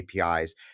APIs